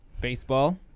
baseball